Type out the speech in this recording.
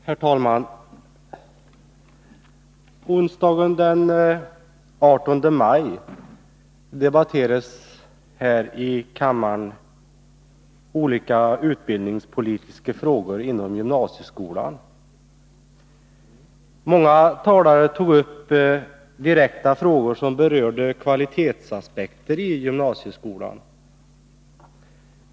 Herr talman! Onsdagen den 18 maj debatterades här i kammaren olika utbildningspolitiska frågor inom gymnasieskolan. Många talare tog upp frågor som direkt berörde kvalitetsaspekter i gymnasieskolan.